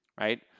right